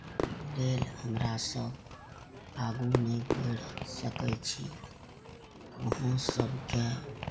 लेल हमरा सब आगू नहि बढ़ि सकैत छी अहाँ सबके